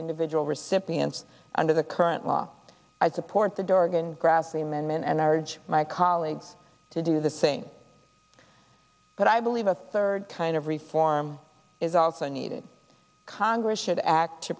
to individual recipients under the current law i support the dorgan grassley amendment and i urge my colleagues to do the same but i believe a third kind of reform is also needed congress should act to